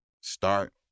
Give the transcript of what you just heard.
start